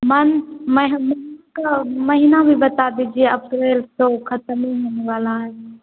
month मेह महीना महीना भी बता दीजिए अप्रैल तो खत्म ही होने वाला हे